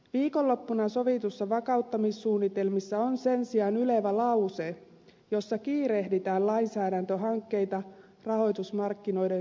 viikonloppuna sovituissa vakauttamissuunnitelmissa on sen sijaan ylevä lause jossa kiirehditään lainsäädäntöhankkeita rahoitus markkinoiden suitsimiseksi